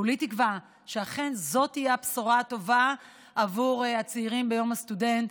כולי תקווה שאכן זו תהיה הבשורה הטובה עבור הצעירים ביום הסטודנט,